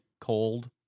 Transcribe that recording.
cold